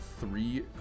three